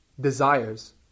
desires